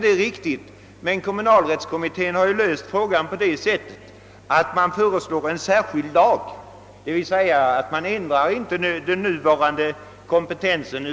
Det är riktigt, men kommunalrättskommittén har löst frågan på det sättet att man föreslår en särskild lag, d.v.s. att man inte ändrar den nuvarande kompetensen.